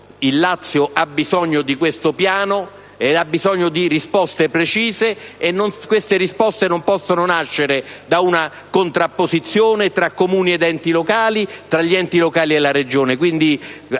Il Lazio ha bisogno di questo piano e ha bisogno di risposte precise, e queste risposte non possono nascere da una contrapposizione tra Comuni ed enti locali, tra enti locali e Regione.